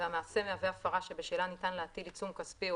והמעשה מהווה הפרה שבשלה ניתן להטיל עיצום כספי או